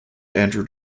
andrew